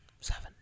Seven